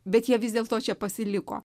bet jie vis dėlto čia pasiliko